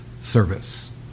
service